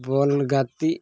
ᱵᱚᱞ ᱜᱟᱛᱤᱜ